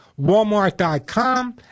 Walmart.com